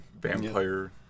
vampire